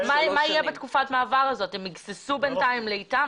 מה יהיה בתקופת המעבר, הם יגססו לאיטם.